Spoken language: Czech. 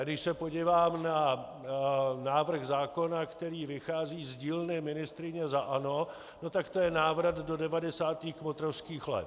Když se podívám na návrh zákona, který vychází z dílny ministryně za ANO, tak to je návrat do devadesátých kmotrovských let.